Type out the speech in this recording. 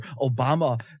obama